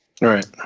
Right